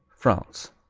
france